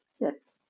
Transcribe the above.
Yes